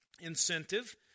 incentive